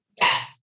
Yes